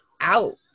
out